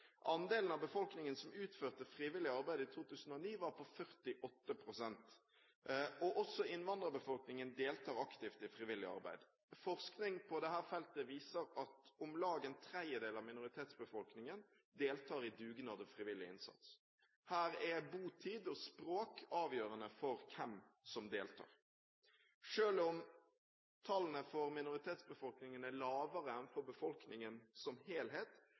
Andelen av befolkningen som utførte frivillig arbeid i 2009, var på 48 pst. Også innvandrerbefolkningen deltar aktivt i frivillig arbeid. Forskning på dette feltet viser at om lag en tredjedel av minoritetsbefolkningen deltar i dugnad og frivillig innsats. Her er botid og språk avgjørende for hvem som deltar. Selv om tallene for minoritetsbefolkningen er lavere enn for befolkningen som helhet,